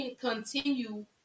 continue